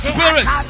Spirit